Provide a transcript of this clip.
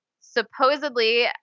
supposedly